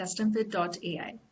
customfit.ai